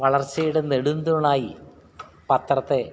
വളർച്ചയുടെ നെടും തൂണായി പത്രത്തെ